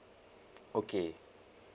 okay